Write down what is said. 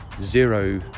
zero